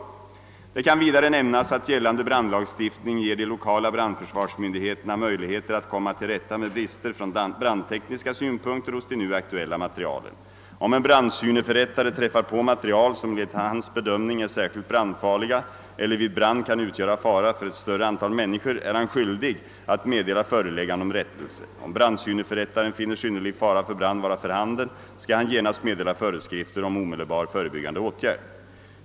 Det kan vidare nämnas att gällande brandlagstiftning ger de lokala brandförsvarsmyndigheterna möjligheter att komma till rätta med brister från brandtekniska synpunkter hos de nu aktuella materialen. Om en brandsyneförrättare träffar på material, som enligt hans bedömning är särskilt brandfarliga eller vid brand kan utgöra fara för ett större antal människor, är han skyldig att meddela föreläggande om rättelse. Om brandsyneförrättaren finner synnerlig fara för brand vara för handen, skall han genast meddela föreskrifter om omedelbar förebyggande åtgärd.